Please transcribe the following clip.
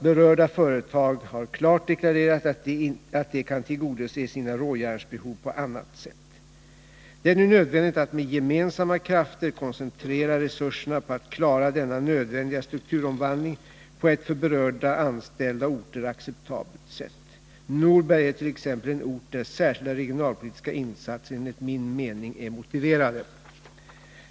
Berörda företag har klart deklarerat att de kan tillgodose sina råjärnsbehov på annat sätt. Det är nu nödvändigt att med gemensamma krafter koncentrera resurserna på att klara denna nödvändiga strukturomvandling på ett för berörda anställda och orter acceptabelt sätt. Norberg är t.ex. en ort där särskilda regionalpolitiska insatser enligt min mening är motiverade.